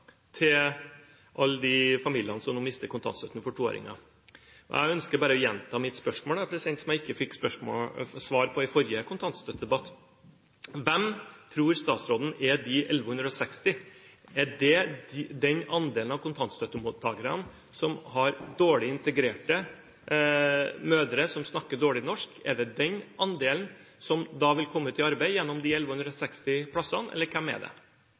til alle de familiene som nå mister kontantstøtten for toåringene. Jeg ønsker bare å gjenta mitt spørsmål, som jeg ikke fikk svar på i forrige kontantstøttedebatt: Hvem tror statsråden er de 1 160? Er det den andelen av kontantstøttemottakerne som har dårlig integrerte mødre som snakker dårlig norsk? Er det den andelen som da vil komme ut i arbeid gjennom de 1 160 plassene, eller hvem er det?